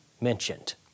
mentioned